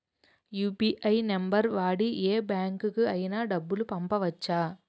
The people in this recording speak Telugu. యు.పి.ఐ నంబర్ వాడి యే బ్యాంకుకి అయినా డబ్బులు పంపవచ్చ్చా?